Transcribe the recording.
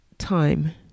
time